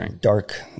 dark